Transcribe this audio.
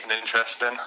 interesting